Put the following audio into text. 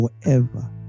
forever